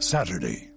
Saturday